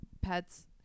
pets